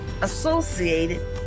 Associated